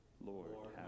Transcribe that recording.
lord